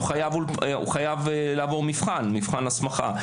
הוא חייב לעבור מבחן הסמכה.